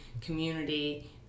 community